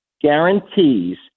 guarantees